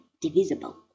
divisible